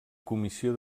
comissió